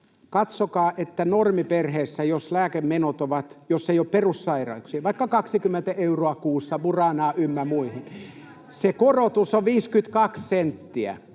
katsokaa, että normiperheessä — jos lääkemenot ovat, jos ei ole perussairauksia, vaikka 20 euroa kuussa Buranaan ynnä muihin [Vasemmalta: Entä